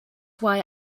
why